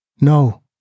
No